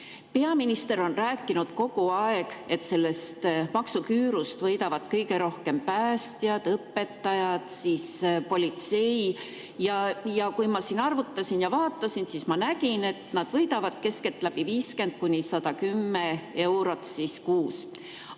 Peaminister on rääkinud kogu aeg, et sellest maksuküüru[sammust] võidavad kõige rohkem päästjad, õpetajad ja politsei. Kui ma siin arvutasin, siis ma nägin, et nad võidavad keskeltläbi 50–110 eurot kuus.